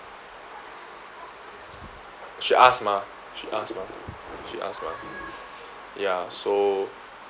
she ask mah she ask mah she ask mah ya so